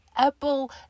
Apple